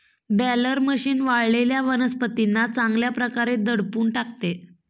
baler machine वाळलेल्या वनस्पतींना चांगल्या प्रकारे दडपून टाकते